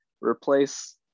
replace